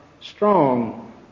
strong